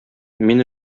мин